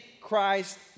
Christ